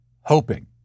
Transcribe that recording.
hoping